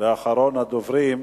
ואחרון הדוברים,